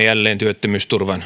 jälleen työttömyysturvan